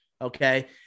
okay